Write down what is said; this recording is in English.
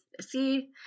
see